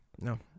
No